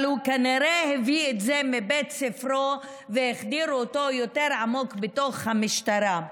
אבל הוא כנראה הביא את זה מבית ספרו והחדיר אותו יותר עמוק בתוך המשטרה.